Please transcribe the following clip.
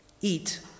Eat